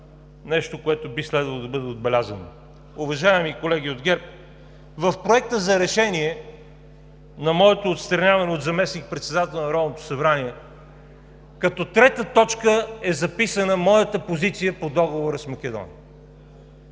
нещо, което би следвало да бъде отбелязано: уважаеми колеги от ГЕРБ, в Проекта за решение на моето отстраняване от заместник-председател на Народното събрание, като трета точка е записана моята позиция по Договора с Македония.